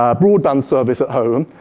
um broadband service at home,